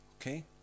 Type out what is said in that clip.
Okay